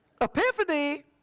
Epiphany